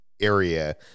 area